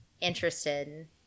interested